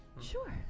Sure